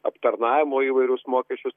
aptarnavimo įvairius mokesčius